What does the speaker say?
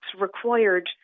required